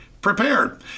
prepared